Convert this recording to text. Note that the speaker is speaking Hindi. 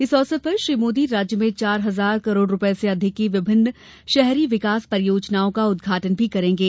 इस अवसर पर श्री मोदी राज्य में चार हजार करोड रूपये से अधिक की विभिन्न शहरी विकास परियोजनाओं का उदघाटन भी करेंगे